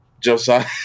Josiah